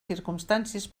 circumstàncies